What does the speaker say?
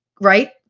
right